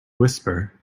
whisper